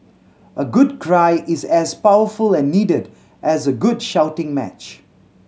a good cry is as powerful and needed as a good shouting match